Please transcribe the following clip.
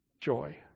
joy